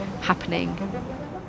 happening